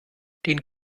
den